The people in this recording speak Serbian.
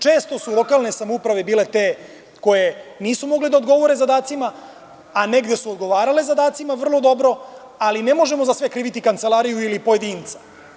Često su lokalne samouprave bile te koje nisu mogle da odgovore zadacima, a negde su odgovarale zadacima vrlo dobro, ali ne možemo za sve kriviti Kancelariju ili pojedince.